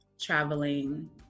traveling